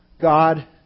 God